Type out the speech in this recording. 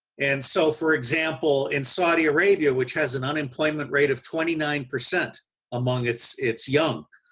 and, so for example, in saudi arabia, which has an unemployment rate of twenty nine percent among its its young,